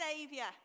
saviour